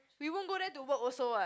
we won't go there to work also what